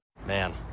Man